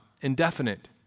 indefinite